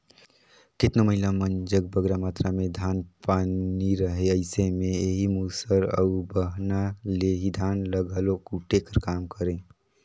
केतनो महिला मन जग बगरा मातरा में धान पान नी रहें अइसे में एही मूसर अउ बहना ले ही धान ल घलो कूटे कर काम करें